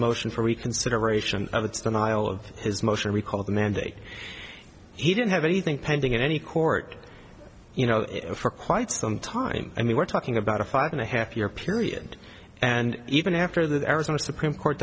motion for reconsideration of the tunnel of his motion recall the mandate he didn't have anything pending in any court you know for quite some time i mean we're talking about a five and a half year period and even after the arizona supreme court